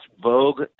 vogue